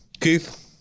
Keith